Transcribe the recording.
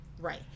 Right